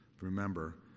remember